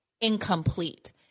incomplete